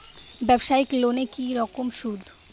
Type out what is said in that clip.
ব্যবসায়িক লোনে কি রকম সুদ?